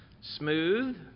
smooth